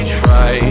try